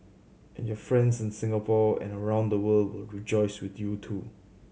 and your friends in Singapore and around the world will rejoice with you too